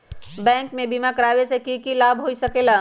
Bank से बिमा करावे से की लाभ होई सकेला?